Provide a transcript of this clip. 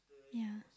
ya